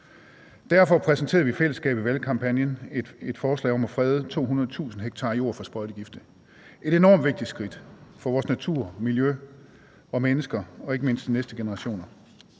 Derfor præsenterede vi i fællesskab i valgkampagnen et forslag om at frede 200.000 ha jord fra sprøjtegifte – et enormt vigtigt skridt for vores natur og miljø og for mennesker, ikke mindst de næste generationer.